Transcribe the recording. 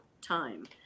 time